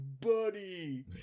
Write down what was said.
buddy